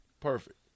Perfect